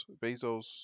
Bezos